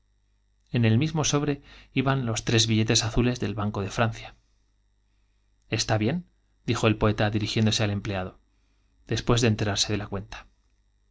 en el mismo sobre iban tres banco de francia el poeta dirigiéndose al em está bien dijo de enterarse de la cuenta